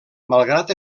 malgrat